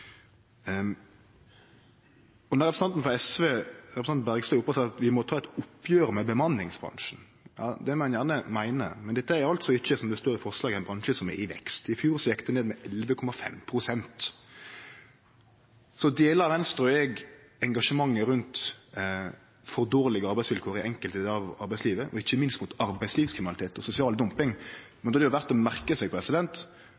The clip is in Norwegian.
Representanten frå SV, representanten Bergstø, seier at vi må ta eit oppgjer med bemanningsbransjen. Det må ein gjerne meine, men dette er altså ikkje, som det står i forslaget, ein bransje som er i vekst. I fjor gjekk den ned med 11,5 pst. Venstre og eg deler engasjementet rundt for dårlege arbeidsvilkår i enkelte delar av arbeidslivet, og ikkje minst mot arbeidslivskriminalitet og sosial dumping.